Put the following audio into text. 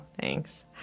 Thanks